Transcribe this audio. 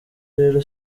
rero